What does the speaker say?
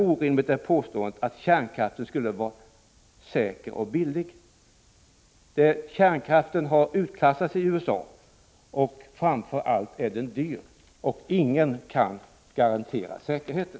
Orimligt är däremot påståendet att kärnkraften skulle vara säker och billig. Kärnkraften har utklassats i USA. Men framför allt är ny kärnkraft dyr, och ingen kan garantera säkerheten.